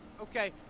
Okay